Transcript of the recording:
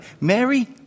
Mary